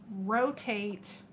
rotate